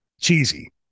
cheesy